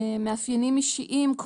מאפיינים אישיים,